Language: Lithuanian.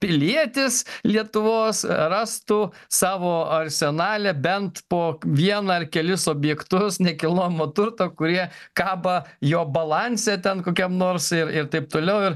pilietis lietuvos rastų savo arsenale bent po vieną ar kelis objektus nekilnojamo turto kurie kaba jo balanse ten kokiam nors ir ir taip toliau ir